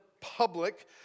public